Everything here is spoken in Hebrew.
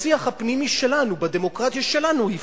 בשיח הפנימי שלנו, בדמוקרטיה שלנו הוא יפגע,